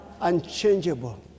unchangeable